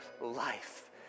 life